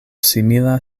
simila